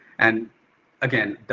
and again,